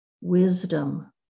wisdom